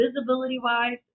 visibility-wise